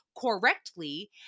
correctly